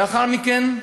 לאחר מכן,